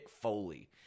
Foley